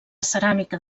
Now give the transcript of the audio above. ceràmica